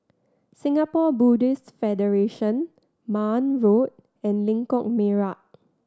Singapore Buddhist Federation Marne Road and Lengkok Merak